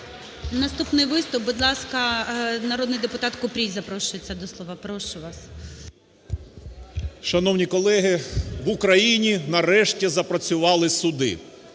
Наступний виступ, будь ласка, народний депутат Купрій запрошується до слова. Прошу вас. 10:34:49 КУПРІЙ В.М. Шановні колеги, в Україні, нарешті, запрацювали суди.